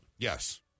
Yes